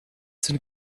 sind